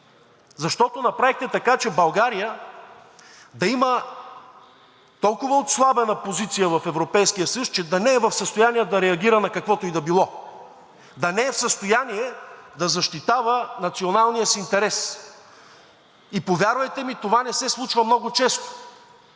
защото направихте така, че България да има толкова отслабена позиция в Европейския съюз, че да не е в състояние да реагира на каквото и да било. Да не е в състояния да защитава националния си интерес. И повярвайте ми, това не се случва много често.